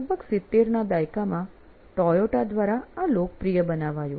લગભગ 70 ના દાયકામાં ટોયોટા દ્વારા આ લોકપ્રિય બનાવાયું